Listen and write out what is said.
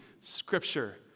scripture